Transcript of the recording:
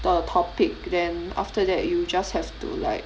的 topic then after that you just have to like